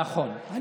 נכון.